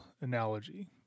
analogy